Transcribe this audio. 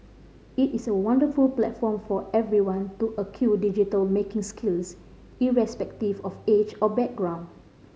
it is a wonderful platform for everyone to acquire digital making skills irrespective of age or background